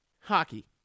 hockey